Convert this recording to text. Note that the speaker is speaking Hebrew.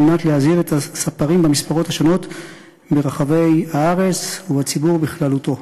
כדי להזהיר את הספרים במספרות ברחבי הארץ ואת הציבור בכללותו.